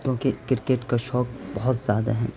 کیوں کہ کرکٹ کا شوق بہت زیادہ ہے